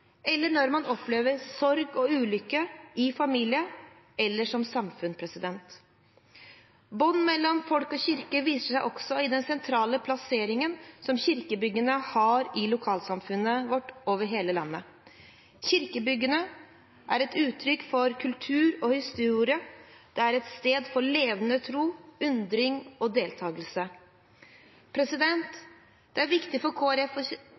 eller når de opplever sorg og ulykke i familien eller som samfunn. Båndet mellom folk og kirke viser seg også i den sentrale plasseringen kirkebyggene har i lokalsamfunnene våre over hele landet. Kirkebyggene er et uttrykk for kultur og historie. De er et sted for levende tro, undring og deltakelse. Det er viktig for Kristelig Folkeparti å